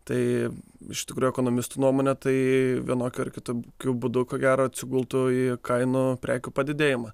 tai iš tikrųjų ekonomistų nuomone tai vienokiu ar kitokiu būdu ko gero atsigultų į kainų prekių padidėjimą